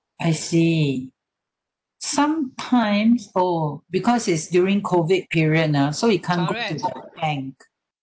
I see sometimes oh because it's during COVID period ah so you can't go to the bank